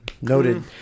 Noted